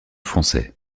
français